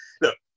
look